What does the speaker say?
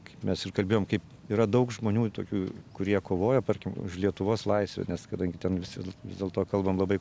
kaip mes ir kalbėjom kaip yra daug žmonių tokių kurie kovojo tarkim už lietuvos laisvę nes kadangi ten visi vis dėlto kalbam labai